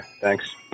Thanks